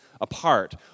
apart